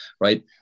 right